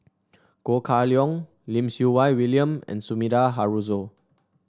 Ho Kah Leong Lim Siew Wai William and Sumida Haruzo